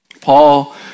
Paul